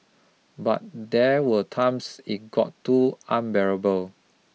but there were times it got too unbearable